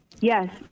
Yes